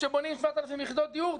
כשבונים 7,000 יחידות דיור,